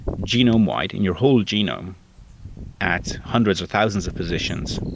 genome-wide, in your whole genome at hundreds of thousands of positions,